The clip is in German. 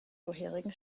vorherigen